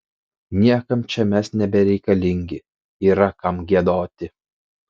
niekam čia mes nebereikalingi yra kam giedoti